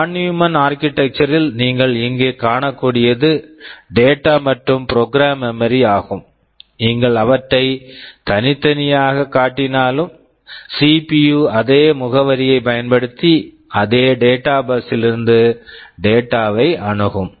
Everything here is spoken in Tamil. வான் Neumann Von Neumann architecture architecture ல் நீங்கள் இங்கே காணக்கூடியது டேட்டா data மற்றும் ப்ரோக்ராம் program மெமரி memory ஆகும் நீங்கள் அவற்றை தனித்தனியாகக் காட்டினாலும் சிபியு CPU அதே முகவரியைப் பயன்படுத்தி அதே டேட்டா பஸ் data bus லிருந்து டேட்டா data வை அணுகும்